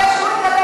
אפשרי?